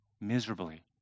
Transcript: miserably